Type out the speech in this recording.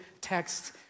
text